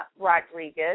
Rodriguez